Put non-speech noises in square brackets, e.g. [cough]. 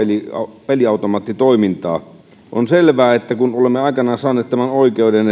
rahapeliautomaattitoimintaa on selvää että kun olemme aikoinaan saaneet oikeuden [unintelligible]